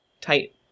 tight